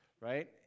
Right